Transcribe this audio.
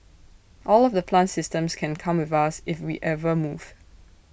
all of the plant systems can come with us if we ever move